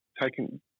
taken